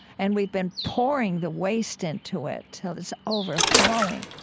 and we've been pouring the waste into it until it's overflowing